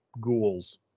ghouls